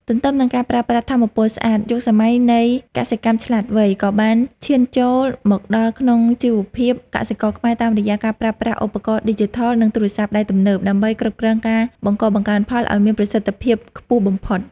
ទន្ទឹមនឹងការប្រើប្រាស់ថាមពលស្អាត យុគសម័យនៃកសិកម្មឆ្លាតវៃ ក៏បានឈានចូលមកដល់ក្នុងជីវភាពកសិករខ្មែរតាមរយៈការប្រើប្រាស់ឧបករណ៍ឌីជីថល និងទូរស័ព្ទដៃទំនើប ដើម្បីគ្រប់គ្រងការបង្កបង្កើនផលឱ្យមានប្រសិទ្ធភាពខ្ពស់បំផុត។